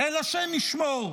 אל השם ישמור.